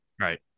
Right